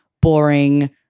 boring